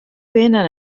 venen